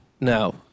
No